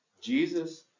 Jesus